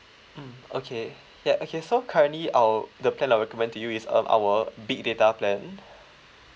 mm okay ya okay so currently I'll the plan I'll recommend to you is um our big data plan